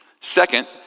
Second